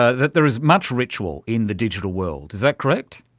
ah that there is much ritual in the digital world, is that correct?